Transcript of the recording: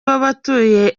w’abatuye